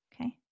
Okay